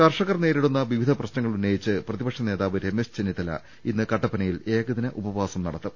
കർഷകർ നേരിടുന്ന വിവിധ പ്രശ്നങ്ങൾ ഉന്നയിച്ച് പ്രതിപക്ഷ നേതാവ് രമേശ് ചെന്നിത്തല ഇന്ന് കട്ടപ്പനയിൽ ഏകദിന ഉപവാസം നടത്തും